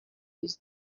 his